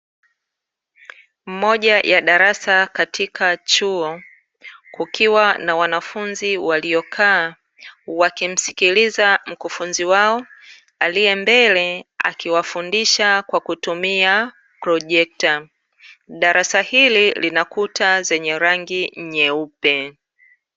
Mmoja ya darasa katika chuo kukiwa na wanafunzi waliokaa wakimsikiliza mkufunzi wao aliyembele akiwafundisha kwa kutumia projekta, darasa linakuta zenye rangi nyeupe.